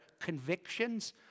convictions